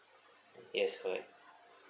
yes correct